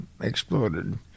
exploded